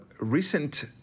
recent